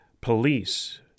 police